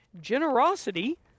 generosity